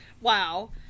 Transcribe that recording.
Wow